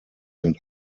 sind